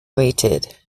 waited